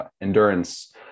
endurance